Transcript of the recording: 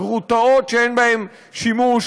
הגרוטאות שאין בהן שימוש